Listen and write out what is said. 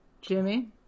Jimmy